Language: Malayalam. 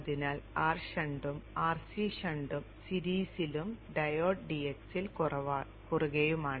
അതിനാൽ R shunt ഉം RC shunt ഉം സീരീസിലും ഡയോഡ് dx ൽ കുറുകെയുമാണ്